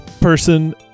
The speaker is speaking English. person